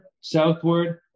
southward